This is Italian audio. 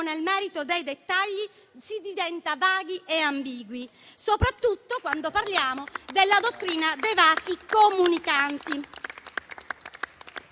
nel merito dei dettagli, si diventa vaghi e ambigui, soprattutto quando parliamo della dottrina dei vasi comunicanti.